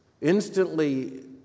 Instantly